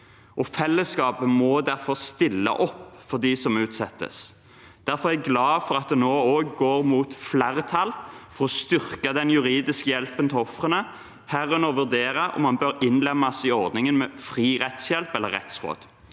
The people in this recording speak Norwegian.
Fellesskapet må derfor stille opp for dem som utsettes. Derfor er jeg glad for at det nå også går mot flertall for å styrke den juridiske hjelpen til ofrene, herunder vurdere om den bør innlemmes i ordningene med fri rettshjelp eller rettsråd.